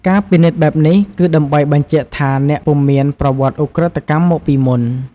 ការពិនិត្យបែបនេះគឺដើម្បីបញ្ជាក់ថាអ្នកពុំដែលមានប្រវត្តិឧក្រិដ្ឋកម្មមកពីមុន។